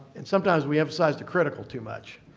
and sometimes we emphasize the critical too much.